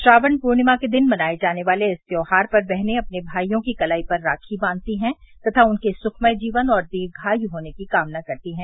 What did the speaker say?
श्रावण पूर्णिमा के दिन मनाये जाने वाले इस त्योहार पर बहने अपने भाइयों की कलाई पर राखी बांघती हैं तथा उनके सुखमय जीवन और दीर्घायू होने की कामना करती है